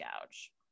gouge